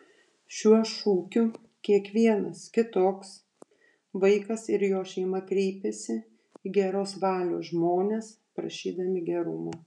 šiuo šūkiu kiekvienas kitoks vaikas ir jo šeima kreipiasi į geros valios žmones prašydami gerumo